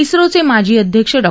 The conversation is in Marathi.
इस्रोचे माजी अध्यक्ष डॉ